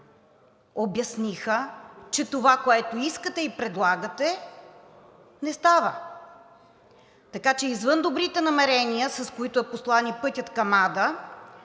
обясниха, че това, което искате и предлагате, не става. Така че извън добрите намерения, с които е постлан и пътят към Ада,